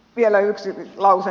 vielä yksi lause